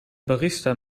barista